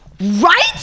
right